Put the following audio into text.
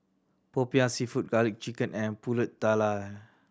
Popiah Seafood Garlic Chicken and Pulut Tatal